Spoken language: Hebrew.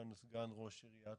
ראש בית המדרש המכון הגבוה לתורה,